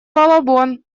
балабон